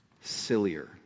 sillier